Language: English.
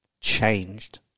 changed